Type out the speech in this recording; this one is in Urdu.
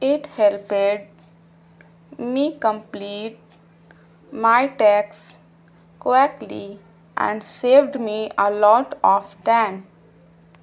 it helped me complete my tasks quickly and saved me a lot of then